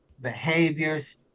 behaviors